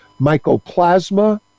Mycoplasma